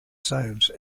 science